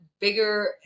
bigger